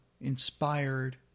inspired